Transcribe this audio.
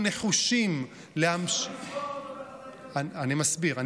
אני מסביר,